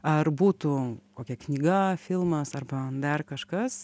ar būtų kokia knyga filmas arba dar kažkas